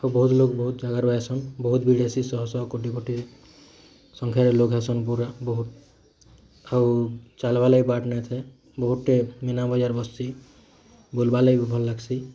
ବହୁତ୍ ଲୋକ୍ ବହୁତ୍ ଜାଗାରୁ ଆସନ୍ ବହୁତ ଭିଡ଼ ହେସି ଶହ ଶହ କୋଟି କୋଟି ସଂଖ୍ୟାର ଲୋକ୍ ଆସନ୍ ପୁରା ବହୁତ୍ ଆଉ ଚାଲ୍ବା ଲାଗି ବାଟ୍ ନାଇଁ ଥାଏ ବହୁଟେ ମୀନାବଜାର୍ ବସିଛି ବୁଲ୍ବାର୍ ଲାଗି ଭଲ୍ ଲାଗ୍ସି